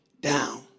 down